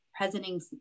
presenting